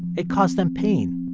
it caused them pain.